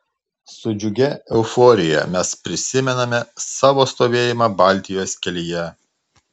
su džiugia euforija mes prisimename savo stovėjimą baltijos kelyje